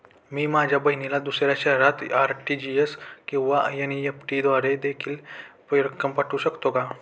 मी माझ्या बहिणीला दुसऱ्या शहरात आर.टी.जी.एस किंवा एन.इ.एफ.टी द्वारे देखील रक्कम पाठवू शकतो का?